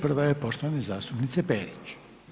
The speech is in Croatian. Prva je poštovane zastupnice Perić.